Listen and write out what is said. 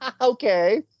Okay